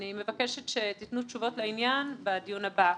מבקשת שתתנו תשובות לעניין בדיון הבא.